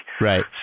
right